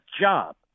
job